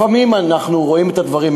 לפעמים אנחנו רואים את הדברים,